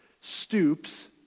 stoops